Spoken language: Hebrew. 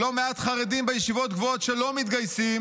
"לא מעט חרדים בישיבות גבוהות שלא מתגייסים